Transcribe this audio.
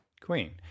Queen